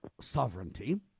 sovereignty